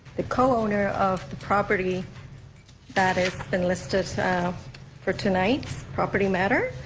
the co-owner of the property that has been listed for tonight's property matter.